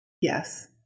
Yes